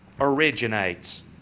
originates